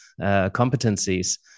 competencies